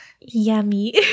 Yummy